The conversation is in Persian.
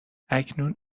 اکنون